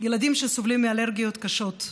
ילדים שסובלים מאלרגיות קשות,